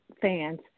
fans